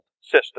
system